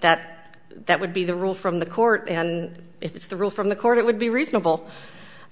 that that would be the rule from the court and it's the rule from the court it would be reasonable